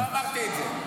לא אמרתי את זה.